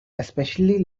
especially